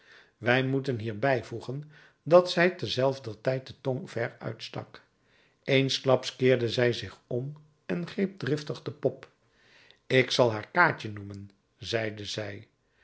wij moeten hier bijvoegen dat zij terzelfdertijd de tong ver uitstak eensklaps keerde zij zich om en greep driftig de pop ik zal haar kaatje noemen zeide zij